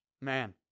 Man